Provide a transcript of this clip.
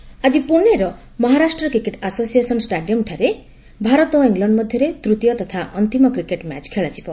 cricket ଆକି ପୁଣେର Maharashtra cricket association ଷ୍ଟାଡିୟମଠାରେ ଭାରତ ଓ ଇଂଲଣ୍ଡ ମଧ୍ୟରେ ତୃତୀୟ ତଥା ଅନ୍ତିମ କ୍ରିକେଟମ୍ୟାଚ ଖେଳାଯିବ